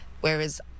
whereas